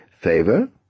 favor